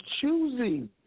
choosing